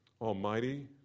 Almighty